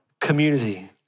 community